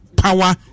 power